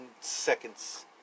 seconds